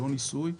לא ניסוי,